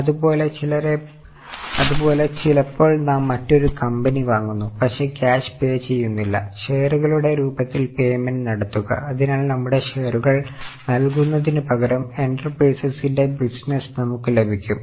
അതുപോലെ ചിലപ്പോൾ നാം മറ്റൊരു കമ്പനി വാങ്ങുന്നു പക്ഷേ ക്യാഷ് പേ ചെയ്യുന്നില്ല ഷെയറുകളുടെ രൂപത്തിൽ പേയ്മെന്റ് നടത്തുക അതിനാൽ നമ്മുടെ ഷെയറുകൾ നൽകുന്നതിനുപകരം എന്റർപ്രൈസസിന്റെ ബിസിനസ്സ് നമുക്ക് ലഭിക്കും